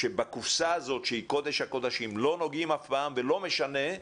שבקופסה הזאת שהיא קודש הקודשים לא נוגעים אף פעם ולא משנה,